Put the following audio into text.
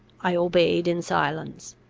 i obeyed in silence.